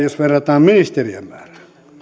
määrää jos verrataan edustajien määrään